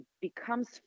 becomes